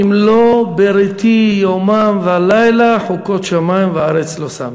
"אם לא בְרִיתי יומם ולילה חֻקות שמים וארץ לא שמתי".